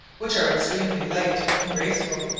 which are extremely light and graceful,